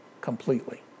completely